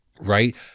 right